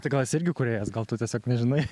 tai gal jis irgi kūrėjas gal tu tiesiog nežinai